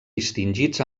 distingits